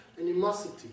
animosity